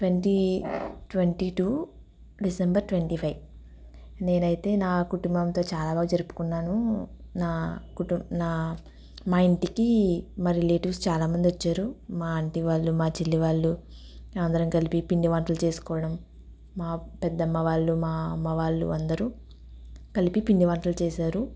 twenty twenty two December twenty five నేను అయితే నా కుటుంబంతో చాలా బాగా జరుపుకున్నాను నా కు నా మా ఇంటికి మా రిలెటీవ్స్ చాలా మంది వచ్చారు మా ఆంటీ వాళ్ళు మా చెల్లి వాళ్ళు అందరం కలిసి పిండి వంటలు చేసుకోవడం మా పెద్దమ్మవాళ్ళు మా అమ్మ వాళ్ళు అందరు కలిసి పిండి వంటలు చేశారు